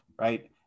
right